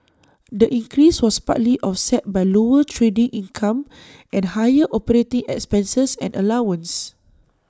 the increase was partly offset by lower trading income and higher operating expenses and allowances